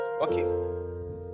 okay